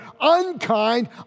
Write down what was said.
unkind